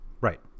Right